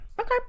Okay